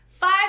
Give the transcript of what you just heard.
five